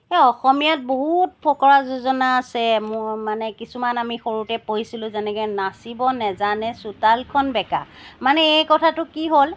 এ অসমীয়াত বহুত ফকৰা যোজনা আছে মোৰ মানে কিছুমান আমি সৰুতে পঢ়িছিলো যেনেকৈ নাচিব নাজানে চোতালখন বেকা মানে এই কথাটো কি হ'ল